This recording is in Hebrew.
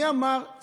מי אמר?